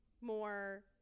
more –